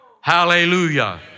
Hallelujah